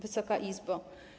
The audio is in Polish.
Wysoka Izbo!